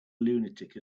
lunatic